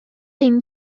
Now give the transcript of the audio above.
ein